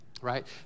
right